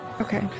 Okay